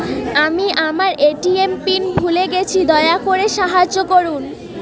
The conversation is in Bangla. আমি আমার এ.টি.এম পিন ভুলে গেছি, দয়া করে সাহায্য করুন